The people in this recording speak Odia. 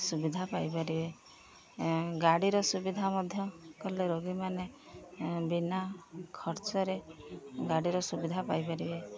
ସୁବିଧା ପାଇପାରିବେ ଗାଡ଼ିର ସୁବିଧା ମଧ୍ୟ କଲେ ରୋଗୀମାନେ ବିନା ଖର୍ଚ୍ଚରେ ଗାଡ଼ିର ସୁବିଧା ପାଇପାରିବେ